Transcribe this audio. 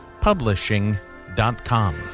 Publishing.com